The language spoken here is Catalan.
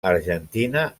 argentina